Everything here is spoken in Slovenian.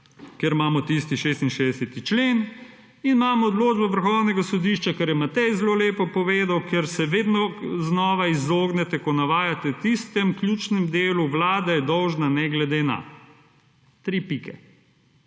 ker imamo tisti 66. člen in imamo odločbo Vrhovnega sodišča, kar je Matej zelo lepo povedal, kjer se vedno znova izognete, ko navajate v tistem ključnem delu Vlada je dolžna ne glede na, tri pike.